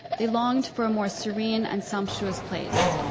they longed for a more serene and sumptuous place,